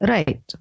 Right